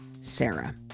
Sarah